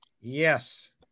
Yes